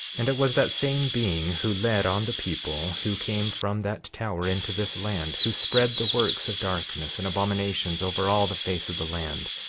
and it was that same being who led on the people who came from that tower into this land who spread the works of darkness and abominations over all the face of the land,